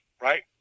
right